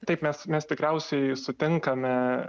taip mes mes tikriausiai sutinkame